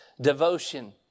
devotion